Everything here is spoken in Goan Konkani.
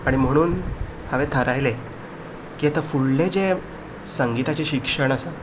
आनी म्हणून हांवें थारायलें की आतां फुडलें जें संगिताचें शिक्षण आसा